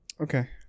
okay